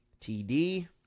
TD